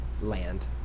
Land